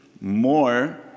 more